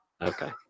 Okay